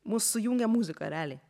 mus sujungė muzika realiai